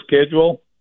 schedule